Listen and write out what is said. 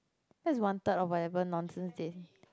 that's one third of whatever nonsense they